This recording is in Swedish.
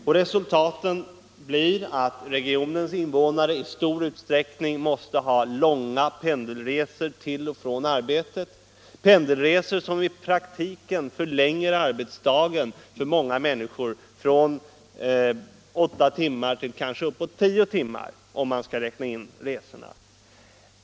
Och resultatet blir att regionens invånare i stor utsträckning måste göra långa pendelresor till och från arbetet, resor som i praktiken förlänger arbetsdagen från åtta till kanske tio timmar.